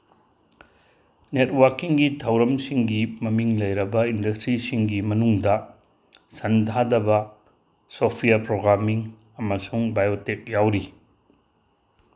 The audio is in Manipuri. ꯅꯦꯠꯋꯥꯛꯀꯤꯡꯒꯤ ꯊꯧꯔꯝꯁꯤꯡꯒꯤ ꯃꯃꯤꯡ ꯂꯩꯔꯕ ꯏꯟꯗꯁꯇ꯭ꯔꯤꯁꯤꯡꯒꯤ ꯃꯅꯨꯡꯗ ꯁꯟ ꯊꯥꯗꯕ ꯁꯣꯐꯋꯦꯌꯥꯔ ꯄ꯭ꯔꯣꯒ꯭ꯔꯥꯃꯤꯡ ꯑꯃꯁꯨꯡ ꯕꯥꯌꯣꯇꯦꯛ ꯌꯥꯎꯔꯤ